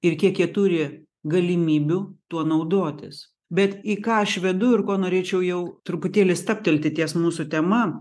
ir kiek jie turi galimybių tuo naudotis bet į ką aš vedu ir ko norėčiau jau truputėlį stabtelti ties mūsų tema